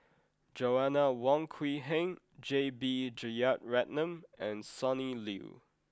Joanna Wong Quee Heng J B Jeyaretnam and Sonny Liew